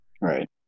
Right